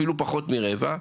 אפילו פחות מרבע.